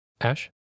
Ash